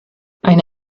eine